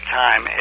time